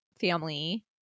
family